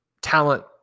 talent